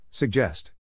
Suggest